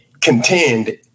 contend